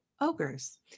ogres